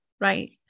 right